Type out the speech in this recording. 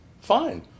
fine